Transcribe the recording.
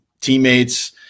teammates